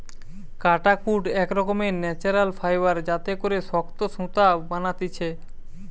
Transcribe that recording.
কাটাকুট এক রকমের ন্যাচারাল ফাইবার যাতে করে শক্ত সুতা বানাতিছে